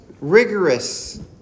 rigorous